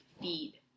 feed